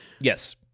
Yes